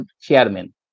chairman